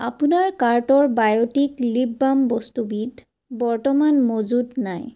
আপোনাৰ কাৰ্টৰ বায়'টিক লিপ বাম বস্তুবিধ বৰ্তমান মজুত নাই